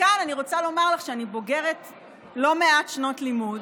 כאן אני רוצה לומר לך שאני בוגרת לא מעט שנות לימוד,